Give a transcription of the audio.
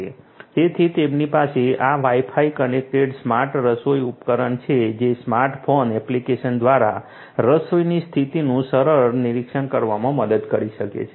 તેથી તેમની પાસે આ Wi Fi કનેક્ટેડ સ્માર્ટ રસોઈ ઉપકરણ છે જે સ્માર્ટફોન એપ્લિકેશન દ્વારા રસોઈની સ્થિતિનું સરળ નિરીક્ષણ કરવામાં મદદ કરી શકે છે